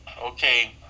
okay